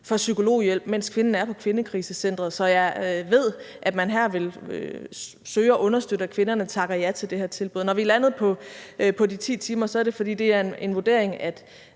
for psykologhjælp, mens kvinden er på kvindekrisecenteret. Så jeg ved, at man her vil søge at understøtte, at kvinderne takker ja til det her tilbud. Når vi er landet på de 10 timer, er det, fordi det er en vurdering, at